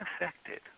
affected